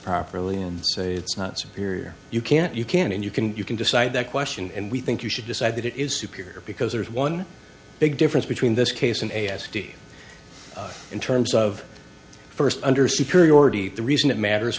properly and say it's not superior you can't you can and you can you can decide that question and we think you should decide that it is superior because there is one big difference between this case and a s d in terms of first under superiority the reason it matters